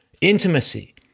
Intimacy